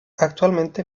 actualmente